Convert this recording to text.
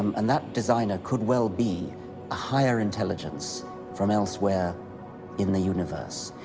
um and that designer could well be a higher intelligence from elsewhere in the universe.